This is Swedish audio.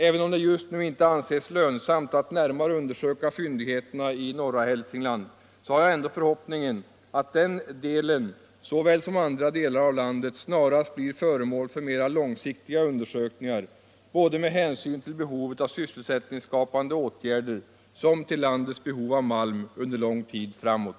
Även om det just nu inte anses lönsamt att närmare undersöka fyndigheterna i norra Hälsingland så har jag ändå förhoppningen att den delen såväl som andra delar av landet snarast blir föremål för mera långsiktiga undersökningar med hänsyn till både behovet av sysselsättningsskapande åtgärder och landets behov av malm under lång tid framåt.